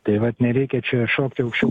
tai vat nereikia čia šokti aukščiau